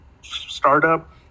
startup